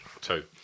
Two